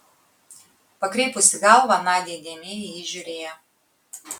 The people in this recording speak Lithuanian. pakreipusi galvą nadia įdėmiai į jį žiūrėjo